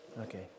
Okay